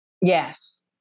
Yes